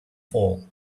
fall